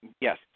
yes